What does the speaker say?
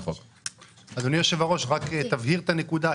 אדוני יושב-הראש, רק תבהיר את הנקודה.